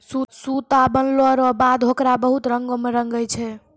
सूता बनलो रो बाद होकरा बहुत रंग मे रंगै छै